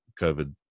COVID